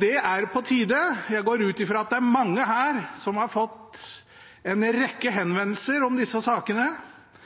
Det er på tide – jeg går ut fra at det er mange her som har fått en rekke henvendelser om disse sakene.